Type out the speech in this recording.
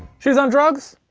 she's on drugs?